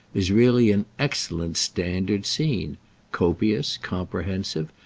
is really an excellent standard scene copious, comprehensive,